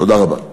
תודה רבה.